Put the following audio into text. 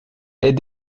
est